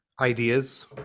Ideas